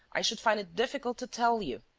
i should find it difficult to tell you!